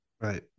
Right